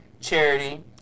Charity